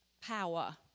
power